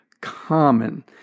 common